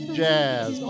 jazz